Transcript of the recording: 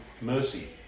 mercy